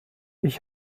ich